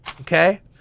Okay